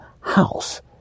house